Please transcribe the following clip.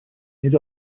nid